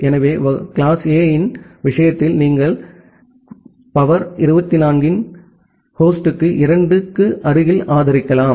எனவே class A இன் விஷயத்தில் நீங்கள் சக்தி 24 எண் ஹோஸ்டுக்கு 2 க்கு அருகில் ஆதரிக்கலாம்